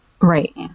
Right